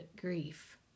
grief